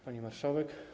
Pani Marszałek!